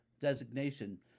designation